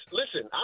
listen